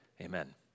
amen